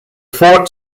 fort